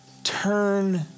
Turn